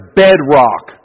bedrock